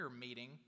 meeting